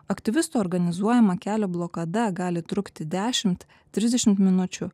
aktyvistų organizuojama kelio blokada gali trukti dešimt trisdešimt minučių